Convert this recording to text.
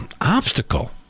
obstacle